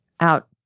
out